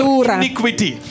iniquity